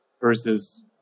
versus